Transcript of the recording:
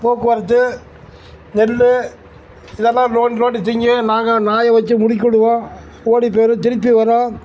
போக்குவரத்து நெல் இதெல்லாம் நோண்டி நோண்டி திங்கும் நாங்கள் நாயை வெச்சு முடுக்கி விடுவோம் ஓடிப்போயிடும் திருப்பி வரும்